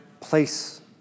place